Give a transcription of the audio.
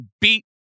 beat